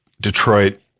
Detroit